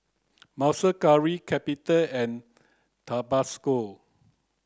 Monster Curry Capital and Tabasco